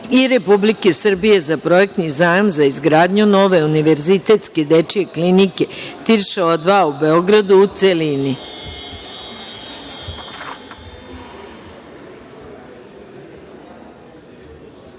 i Republike Srbije za projektni zajam za izgradnju nove Univerzitetske dečje klinike, Tiršova 2 u Beogradu, u